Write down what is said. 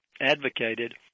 advocated